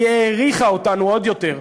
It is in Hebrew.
היא העריכה אותנו עוד יותר,